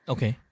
Okay